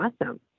awesome